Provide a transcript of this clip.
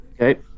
Okay